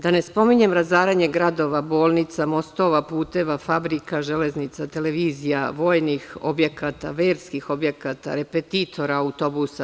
Da ne spominjem razaranje gradova, bolnica, mostova, puteva, fabrika, železnica, televizija, vojnih objekata, verskih objekata, repetitora, autobusa.